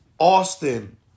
Austin